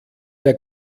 der